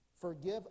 Forgive